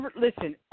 listen